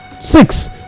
six